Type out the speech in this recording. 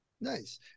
Nice